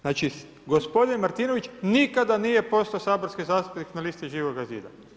Znači gospodin Martinović nikada nije postao saborski zastupnik na listi Živoga zida.